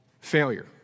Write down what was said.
Failure